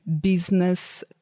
business